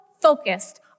focused